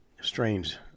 strange